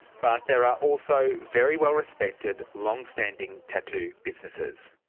but there are also very well respected long-standing tattoo businesses.